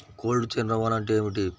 Cold chain రవాణా అంటే ఏమిటీ?